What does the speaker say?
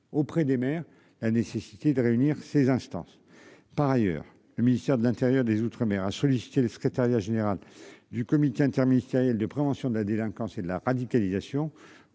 auprès des maires. La nécessité de réunir ses instances. Par ailleurs, le ministère de l'Intérieur des Outre-mer a sollicité le secrétariat général du comité interministériel de prévention de la délinquance et de la radicalisation